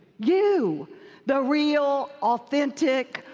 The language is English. you the real, authentic,